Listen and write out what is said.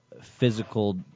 physical